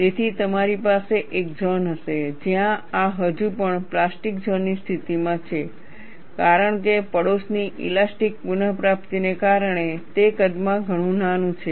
તેથી તમારી પાસે એક ઝોન હશે જ્યાં આ હજુ પણ પ્લાસ્ટિક ઝોન ની સ્થિતિમાં છે કારણ કે પડોશની ઇલાસ્ટીક પુનઃપ્રાપ્તિને કારણે તે કદમાં ઘણું નાનું છે